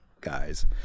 guys